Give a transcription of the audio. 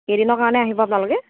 কেইদিনৰ কাৰণে আহিব আপোনালোকে